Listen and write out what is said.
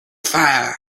fire